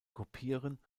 kopieren